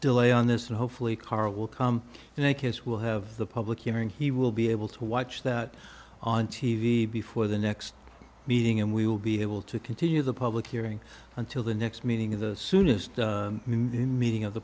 delay on this and hopefully car will come and the case will have the public hearing he will be able to watch that on t v before the next meeting and we will be able to continue the public hearing until the next meeting at the soonest in the meeting of the